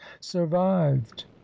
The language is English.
survived